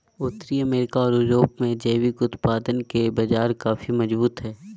उत्तरी अमेरिका ओर यूरोप में जैविक उत्पादन के बाजार काफी मजबूत हइ